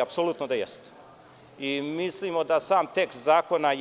Apsolutno da jeste i mislimo da sam tekst zakona